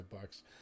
bucks